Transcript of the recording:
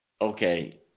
Okay